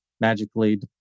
magically